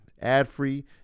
ad-free